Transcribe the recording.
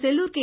Sellur K